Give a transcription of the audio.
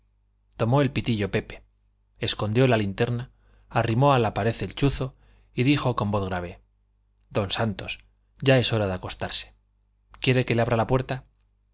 tomó el pitillo pepe escondió la linterna arrimó a la pared el chuzo y dijo con voz grave don santos ya es hora de acostarse quiere que abra la puerta